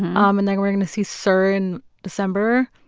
um and then we're going to see sur in december.